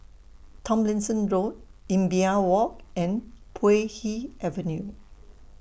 Tomlinson Road Imbiah Walk and Puay Hee Avenue